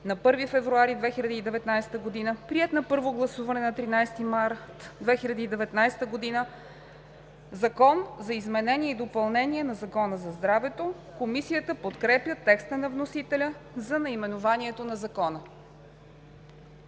на 1 февруари 2019 г., приет на първо гласуване на 13 март 2019 г. „Закон за изменение и допълнение на Закона за здравето“.“ Комисията подкрепя текста на вносителя за наименованието на Закона.